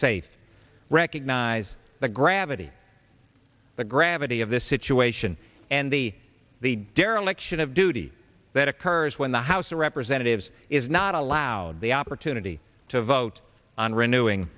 safe recognize the gravity the gravity of this situation and the the dereliction of duty that occurs when the house of representatives is not allowed the opportunity to vote on renewing